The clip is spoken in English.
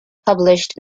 published